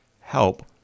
help